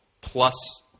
plus